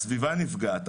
הסביבה נפגעת,